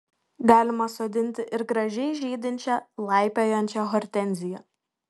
galima sodinti ir gražiai žydinčią laipiojančią hortenziją